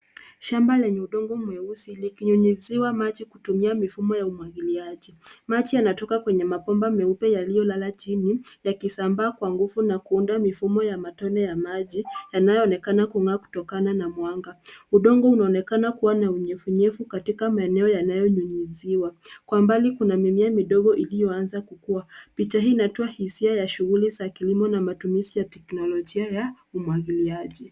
Shamba lenye udongo mweusi, likinyunyisiwa maji kutumia mfumo wa umwagiliaji. Maji yanatoka kwenye mapomba meupe yaliolala jini yakisambaa kwa nguvu na kuunda mfumo ya matone ya maji yanayoonekana kungaa kutokana na mwanga. Udongo unaonekana kuwa na unyevu nyevu katika maeneo yanayenyunyisiwa. Kwa mbali kuna mimea midogo ilioanza kukuwa. Picha hii inatoa hizia ya shughuli za kilimo na matumizi ya kiteknolojia ya umwagiliaji.